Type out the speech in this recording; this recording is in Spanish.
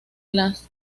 las